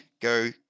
Go